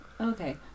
Okay